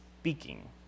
speaking